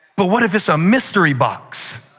but what if it's a mystery box?